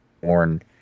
born